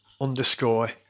underscore